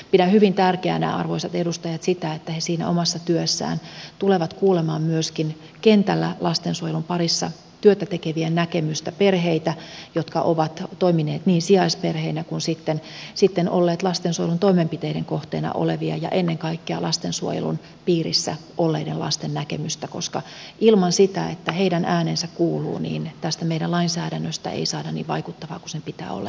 pidän hyvin tärkeänä arvoisat edustajat sitä että he siinä omassa työssään tulevat kuulemaan myöskin kentällä lastensuojelun parissa työtä tekevien näkemystä perheitä jotka ovat toimineet sijaisperheinä tai sitten olleet lastensuojelun toimenpiteiden kohteena olevia ja ennen kaikkea lastensuojelun piirissä olleiden lasten näkemystä koska ilman sitä että heidän äänensä kuuluu tästä meidän lainsäädännöstä ja toimintakäytännöistä ei saada niin vaikuttavia kuin niiden pitää olla